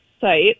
site